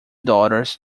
daughters